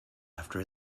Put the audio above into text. after